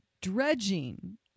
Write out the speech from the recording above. dredging